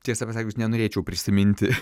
tiesą pasakius nenorėčiau prisiminti